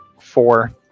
four